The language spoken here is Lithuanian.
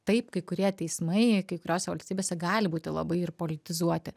taip kai kurie teismai kai kuriose valstybėse gali būti labai ir politizuoti